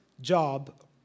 job